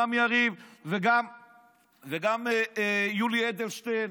גם יריב וגם יולי אדלשטיין,